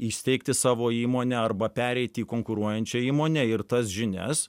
įsteigti savo įmonę arba pereiti į konkuruojančią įmonę ir tas žinias